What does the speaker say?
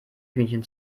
hühnchen